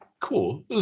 Cool